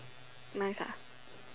nice ah